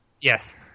yes